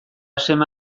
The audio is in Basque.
seme